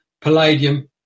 palladium